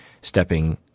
stepping